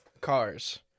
Cars